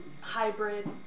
hybrid